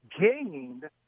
gained